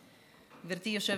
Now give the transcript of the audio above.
כל כך